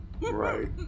Right